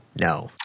No